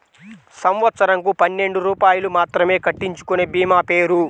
సంవత్సరంకు పన్నెండు రూపాయలు మాత్రమే కట్టించుకొనే భీమా పేరు?